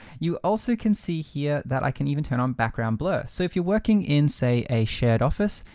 you also can see here that i can even turn on background blur. so if you're working in say a shared office,